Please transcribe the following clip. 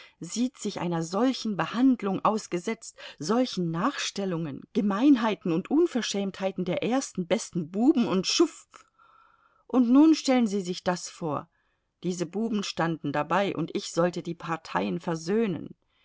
sieht sich einer solchen behandlung ausgesetzt solchen nachstellungen gemeinheiten und unverschämtheiten der ersten besten buben und schuf und nun stellen sie sich das vor diese buben standen dabei und ich sollte die parteien versöhnen